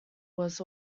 was